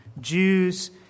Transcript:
Jews